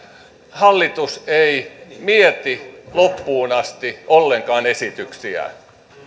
hallitus ei mieti ollenkaan loppuun asti esityksiään